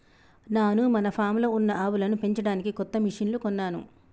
నాను మన ఫామ్లో ఉన్న ఆవులను పెంచడానికి కొత్త మిషిన్లు కొన్నాను